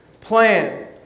plan